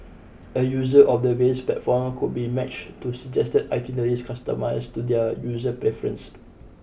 a user of the various platforms could be matched to suggested itineraries customised to their user preference